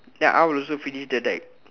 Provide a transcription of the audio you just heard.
ya I will also finish the deck